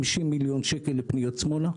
50 מיליון שקל לפניות שמאלה.